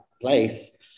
place